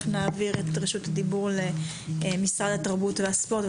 נעביר את רשות הדיבור למשרד התרבות והספורט,